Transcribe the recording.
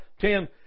ten